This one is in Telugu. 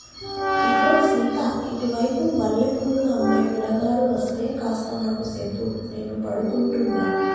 ఇగో సీత ఇటు వైపు మల్లె పూలు అమ్మే పిలగాడు అస్తే కాస్త నాకు సెప్పు నేను పడుకుంటున్న